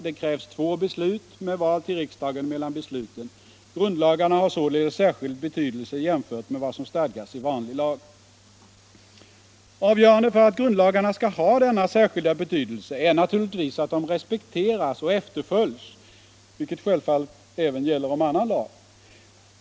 Det krävs två beslut med val till riksdagen mellan besluten. Grundlagarna har således särskild betydelse jämfört med vad som stadgas i vanlig lag. Avgörande för att grundlagarna skall ha denna särskilda betydelse är naturligtvis att de respekteras och efterföljs, vilket självfallet även gäller om annan lag.